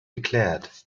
declared